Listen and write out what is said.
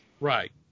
Right